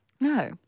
No